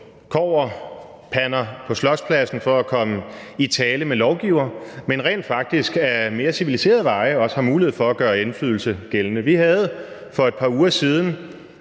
kobberpander på Slotspladsen for at få lovgivere i tale, men rent faktisk ad mere civiliserede veje også har mulighed for at gøre indflydelse gældende. Vi havde for et par uger siden